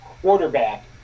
quarterback